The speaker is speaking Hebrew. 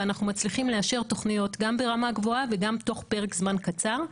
אנחנו מצליחים לאשר תוכניות גם ברמה גבוהה וגם בתוך פרק זמן קצר.